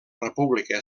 república